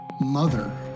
mother